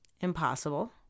Impossible